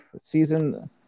season